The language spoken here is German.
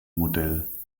modell